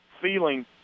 feeling